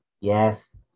Yes